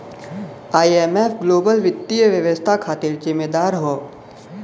IMF global वित्तीय व्यवस्था खातिर जिम्मेदार हौ